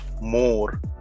more